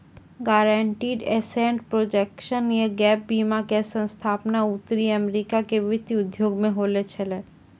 guaranteed asset protection या gap बीमा के स्थापना उत्तरी अमेरिका मे वित्तीय उद्योग मे होलो छलै